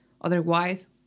otherwise